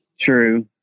True